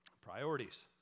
priorities